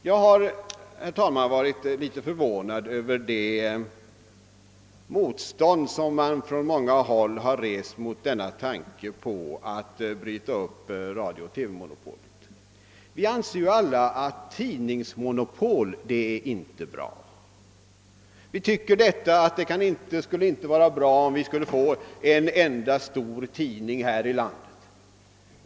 Jag har, herr talman, varit något förvånad över det motstånd man från många håll rest mot tanken på att bryta upp radio-TV-monopolet. Vi anser ju alla att tidningsmonopol inte är bra. Vi tycker att det inte skulle vara bra om vi skulle få en enda stor tidning i vårt land.